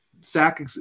Sack